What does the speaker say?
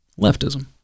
leftism